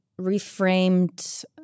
reframed